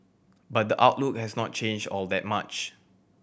but the outlook has not changed all that much